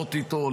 להזדהות איתו,